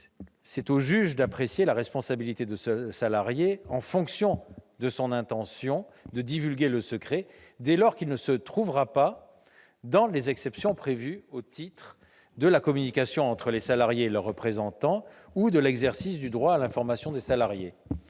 revient au juge d'apprécier la responsabilité de ce salarié en fonction de son intention de divulguer le secret, dès lors qu'il ne relèvera pas des exceptions prévues au titre de la communication entre les salariés et leurs représentants ou de l'exercice du droit à l'information des salariés.